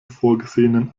vorgesehenen